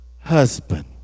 husband